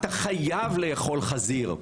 אתה חייב לאכול חזיר.